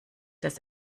das